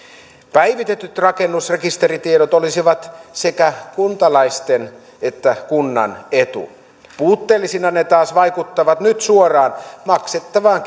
päivitetyt rakennusrekisteritiedot olisivat sekä kuntalaisten että kunnan etu puutteellisina ne taas vaikuttavat nyt suoraan maksettavaan